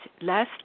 last